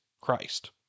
Christ